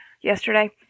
Yesterday